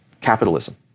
capitalism